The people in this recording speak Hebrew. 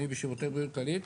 אני בשירותי בריאות כללית,